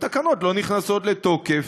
התקנות לא נכנסות לתוקף.